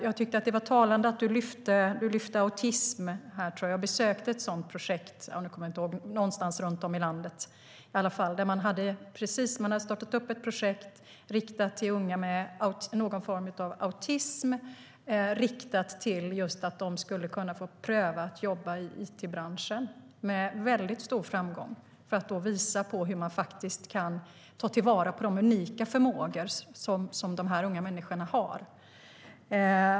Jag tyckte att det var talande att Hillevi Larsson lyfte fram autism. Jag besökte ett sådant projekt någonstans i landet där man hade startat upp ett projekt riktat till unga med någon form av autism. Projektet var med stor framgång inriktat just på att de skulle kunna få pröva att jobba i it-branschen för att visa hur det faktiskt går att ta till vara de unika förmågor som de här unga människorna har.